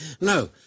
No